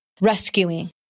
rescuing